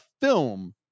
film